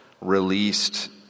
released